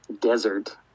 desert